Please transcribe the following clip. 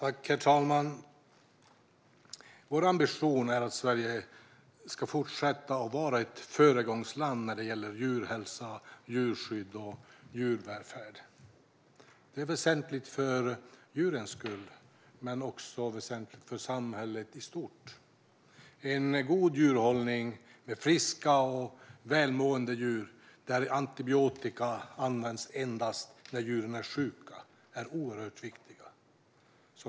Herr talman! Vår ambition är att Sverige ska fortsätta att vara ett föregångsland när det gäller djurhälsa, djurskydd och djurvälfärd. Det är väsentligt för djurens skull, men det är också väsentligt för samhället i stort. En god djurhållning med friska och välmående djur där antibiotika används endast när djuren är sjuka är oerhört viktigt.